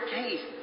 case